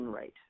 rate